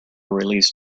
release